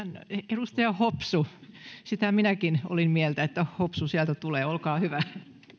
edustaja hopsu sitä minäkin olin mieltä että hopsu sieltä tulee olkaa hyvä